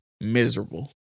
miserable